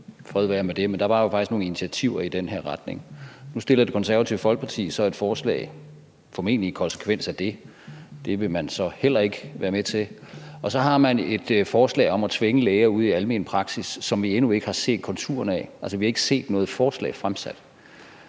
der var jo faktisk nogle initiativer i den her retning. Nu stiller Det Konservative Folkeparti så et forslag, formentlig som konsekvens af det, og det vil man så heller ikke være med til. Og så har man et forslag om at tvinge læger ud i almen praksis, som vi endnu ikke har set konturerne af. Altså, vi har ikke set noget forslag fremsat.